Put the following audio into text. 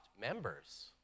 members